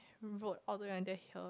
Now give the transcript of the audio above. broke all the way until here